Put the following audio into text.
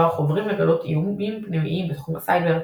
חוברים לגלות איומים פנימיים בתחום הסייבר,